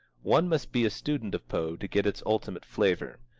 one must be a student of poe to get its ultimate flavor.